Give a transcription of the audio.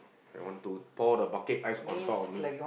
I want to pour the bucket ice on top of me